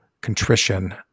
contrition